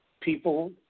people